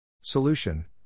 Solution